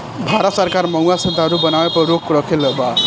भारत सरकार महुवा से दारू बनावे पर रोक रखले बा